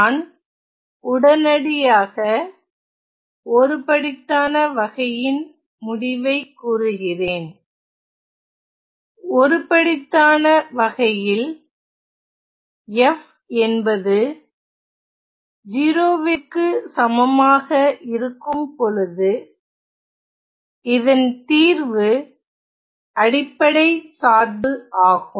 நான் உடனடியாக ஒருபடித்தான வகையின் முடிவை கூறுகிறேன் ஒருபடித்தான வகையில் f என்பது 0 ற்கு சமமாக இருக்கும்பொழுது இதன் தீர்வு அடிப்படை சார்பு ஆகும்